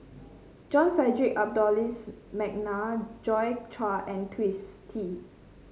John Frederick Adolphus McNair Joi Chua and Twisstii